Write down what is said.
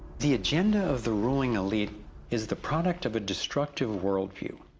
the agenda of the ruling elite is the product of a destructive worldview,